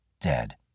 dead